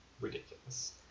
ridiculous